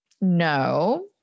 No